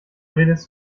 redest